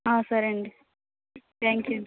ఆ సరే అండి త్యాంక్ యూ అండి